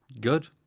good